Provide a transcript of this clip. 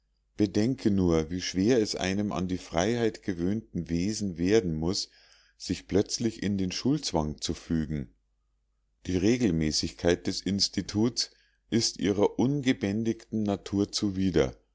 bedenke nur wie schwer es einem an die freiheit gewöhnten wesen werden muß sich plötzlich in den schulzwang zu fügen die regelmäßigkeit des instituts ist ihrer ungebändigten natur zuwider